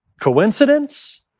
Coincidence